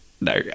No